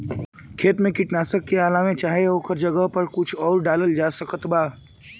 खेत मे कीटनाशक के अलावे चाहे ओकरा जगह पर कुछ आउर डालल जा सकत बा?